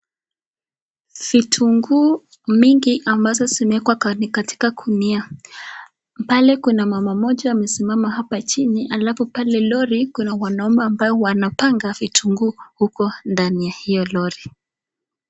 Vitunguu mingi ambazo zimewekwa katika gunia. Pale kuna mama mmoja amesimama hapa chini alafu pale lori kuna wanaume ambao wanapanga vitunguu huko ndani ya hiyo lori.